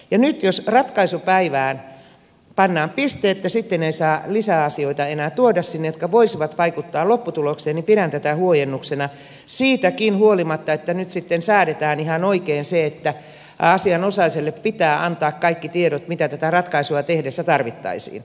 nyt jos ratkaisupäivään pannaan piste että sitten ei saa enää tuoda sinne lisäasioita jotka voisivat vaikuttaa lopputulokseen niin pidän tätä huojennuksena siitäkin huolimatta että nyt sitten säädetään ihan oikein se että asianosaiselle pitää antaa kaikki tiedot joita tätä ratkaisua tehdessä tarvittaisiin